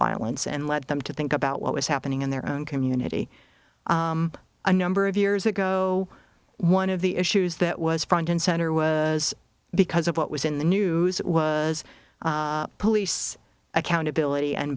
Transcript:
violence and led them to think about what was happening in their own community a number of years ago one of the issues that was front and center was because of what was in the news it was police accountability and